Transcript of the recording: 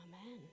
Amen